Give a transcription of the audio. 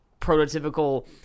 prototypical